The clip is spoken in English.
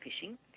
fishing